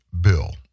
bill